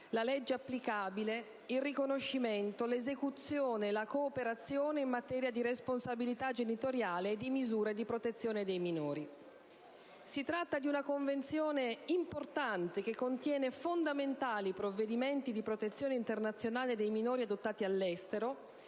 la legge applicabile, il riconoscimento, l'esecuzione e la cooperazione in materia di responsabilità genitoriale e di misure di protezione dei minori. Si tratta di una convenzione importante che contiene fondamentali provvedimenti di protezione internazionale dei minori adottati all'estero,